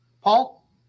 Paul